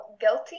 guilty